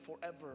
forever